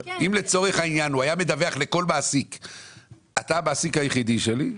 אם לצורך העניין הוא היה מדווח לכל מעסיק שהוא המעסיק היחיד שלו,